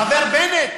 החבר בנט,